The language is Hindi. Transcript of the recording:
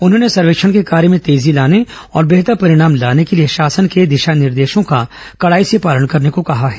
उन्होंने सर्वेक्षण के कार्य में तेजी लाने और बेहतर परिणाम लाने के लिए शासन के दिशा निर्देशों का कड़ाई से पालन करने कहा है